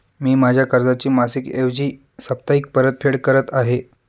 मी माझ्या कर्जाची मासिक ऐवजी साप्ताहिक परतफेड करत आहे